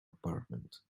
apartment